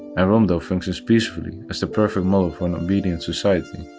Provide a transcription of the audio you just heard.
and romdeau functions peacefully as the perfect model for an obedient society.